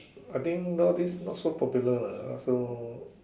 I think nowadays not so popular lah so